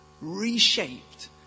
reshaped